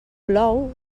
plou